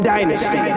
Dynasty